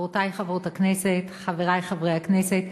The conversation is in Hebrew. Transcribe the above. חברותי חברות הכנסת, חברי חברי הכנסת,